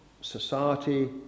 society